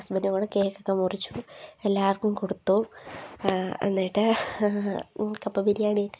ഹസ്ബൻറ്റും കൂടി കേക്കൊക്കെ മുറിച്ചു എല്ലാവർക്കും കൊടുത്തു എന്നിട്ട് കപ്പ ബിരിയാണിയുടെ